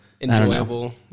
enjoyable